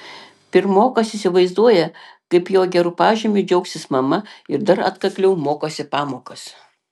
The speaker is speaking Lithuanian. pirmokas įsivaizduoja kaip jo geru pažymiu džiaugsis mama ir dar atkakliau mokosi pamokas